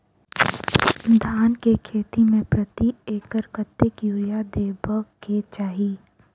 धान केँ खेती मे प्रति एकड़ कतेक यूरिया देब केँ चाहि?